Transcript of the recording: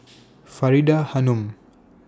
Faridah Hanum